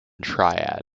triad